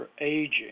aging